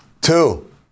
Two